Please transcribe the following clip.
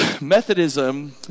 Methodism